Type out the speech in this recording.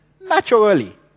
naturally